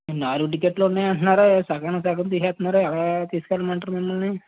నాలుగు టిక్కెట్లు ఉన్నాయి అంటున్నారు సగానికి సగం తీస్తున్నారు ఎలా తీసుకు వెళ్ళమంటారు మిమల్ని